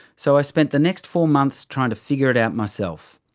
so i spent the next four months trying to figure it out myself.